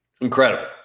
Incredible